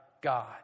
God